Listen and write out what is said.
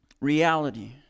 reality